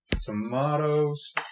Tomatoes